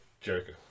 Jericho